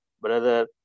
brother